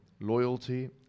loyalty